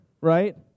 Right